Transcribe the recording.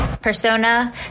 Persona